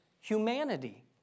humanity